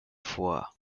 fois